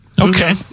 Okay